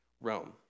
Rome